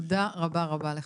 תודה רבה לך.